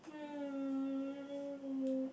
um